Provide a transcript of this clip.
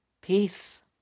Peace